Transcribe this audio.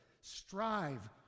strive